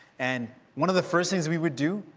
and one of the first things we'd do,